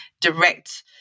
direct